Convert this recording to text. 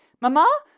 mamma